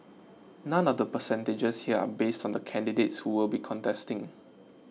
none of the percentages here are based on the candidates who will be contesting